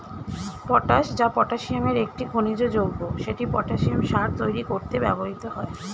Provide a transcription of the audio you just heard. potash, যা পটাসিয়ামের একটি খনিজ যৌগ, সেটি পটাসিয়াম সার তৈরি করতে ব্যবহৃত হয়